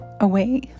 away